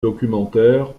documentaires